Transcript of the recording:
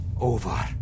over